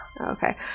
Okay